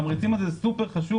והתמריצים האלה סופר-חשובים.